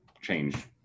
change